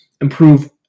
improve